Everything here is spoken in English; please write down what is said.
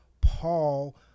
Paul